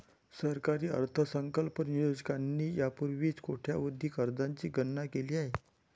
सरकारी अर्थसंकल्प नियोजकांनी यापूर्वीच कोट्यवधी कर्जांची गणना केली आहे